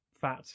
fat